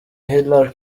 hillary